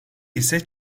ise